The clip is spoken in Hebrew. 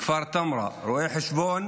מכפר טמרה, רואה חשבון,